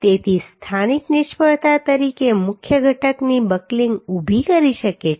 તેથી સ્થાનિક નિષ્ફળતા તરીકે આ મુખ્ય ઘટકની બકલિંગ ઊભી કરી શકે છે